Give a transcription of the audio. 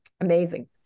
amazing